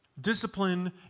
Discipline